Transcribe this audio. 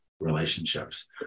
relationships